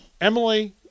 Emily